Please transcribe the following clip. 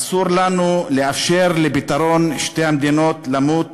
אסור לנו לאפשר לפתרון שתי המדינות למות.